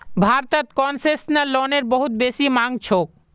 भारतत कोन्सेसनल लोनेर बहुत बेसी मांग छोक